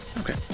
Okay